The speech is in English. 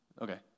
Okay